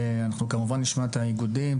שאנחנו כמובן נשמע את האיגודים,